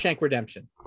Redemption